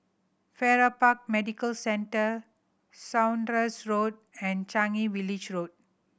Farrer Park Medical Centre Saunders Road and Changi Village Road